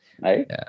Right